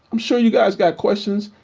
i'm sure you guys got questions,